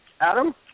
Adam